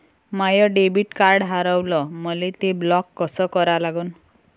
माय debit card हारवलं, मले ते ब्लॉक कस करा लागन?